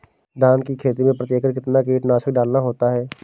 धान की खेती में प्रति एकड़ कितना कीटनाशक डालना होता है?